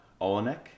Olenek